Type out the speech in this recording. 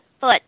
foot